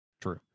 true